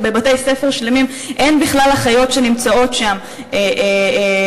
בבתי-ספר שלמים אין בכלל אחיות שנמצאות שם רוב